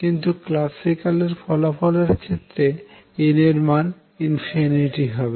কিন্তু ক্ল্যাসিক্যাল এর ফলাফল এর ক্ষেত্রে n এর মান ইনফিনিটি হবে